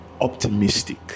optimistic